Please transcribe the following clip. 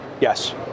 Yes